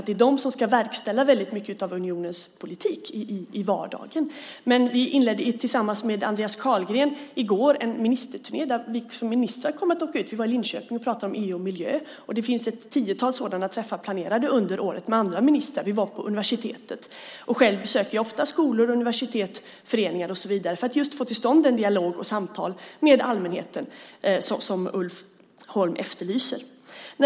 Det är de som ska verkställa väldigt mycket av unionens politik i vardagen. Jag inledde en ministerturné tillsammans med Andreas Carlgren i går där vi ministrar kommer att åka ut. Vi var i Linköping och pratade om EU och miljön. Det finns ett tiotal sådana träffar planerade under året med andra ministrar. Vi var på universitetet. Själv besöker jag ofta skolor, universitet, föreningar och så vidare för att just få till stånd en dialog och ett samtal med allmänheten, som Ulf Holm efterlyser.